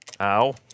Ow